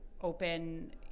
open